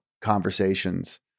conversations